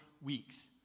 weeks